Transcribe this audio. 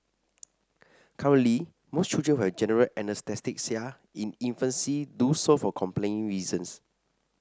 currently most children who have general anaesthesia in infancy do so for compelling reasons